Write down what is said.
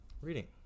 reading